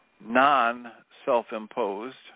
non-self-imposed